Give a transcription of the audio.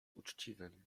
uczciwym